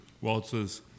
waltzes